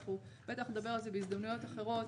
בוודאי נדבר על זה בהזדמנויות אחרות.